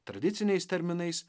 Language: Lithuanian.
tradiciniais terminais